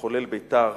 מחולל בית"ר